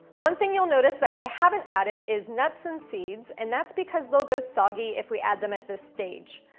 one thing you'll notice that i haven't added is nuts and seeds and that's because they'll go soggy if we add them at this stage.